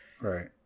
Right